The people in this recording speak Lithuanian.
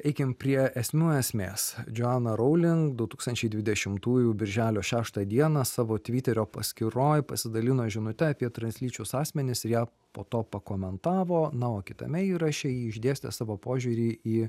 eikim prie esmių esmės džoana rowling du tūkstančiai dvidešimtųjų birželio šeštą dieną savo tviterio paskyroj pasidalino žinute apie translyčius asmenis ir ją po to pakomentavo na o kitame įraše ji išdėstė savo požiūrį į